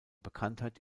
bekanntheit